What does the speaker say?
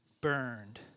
burned